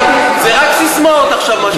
חיים, זה רק ססמאות, עכשיו, מה שאתה אומר.